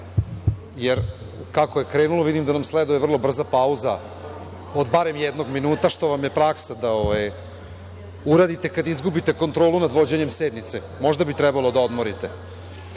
jer kako je krenulo vidim da nam sledi vrlo brza pauza od barem jednog minuta, što vam je praksa da uradite kada izgubite kontrolu nad vođenjem sednice. Možda bi trebalo da odmorite. Kada